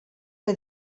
que